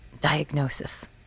diagnosis